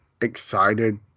excited